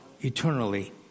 eternally